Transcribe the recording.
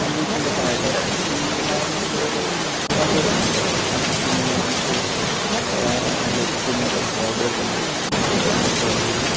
കമ്പ്യൂട്ടറിൻ്റെ സഹായത്തോടെ ഈ നായകൻ്റെ കൂടെ ഒരു റോബോട്ടുണ്ട് ആർട്ടിഫിഷ്യൽ ഇൻറ്റലിജൻസ് നല്ല എക്സ്ട്രീമായിട്ടുള്ള റോബോട്ടുണ്ട് അപ്പം അതിൻ്റെ കൂടെ പോകുകയും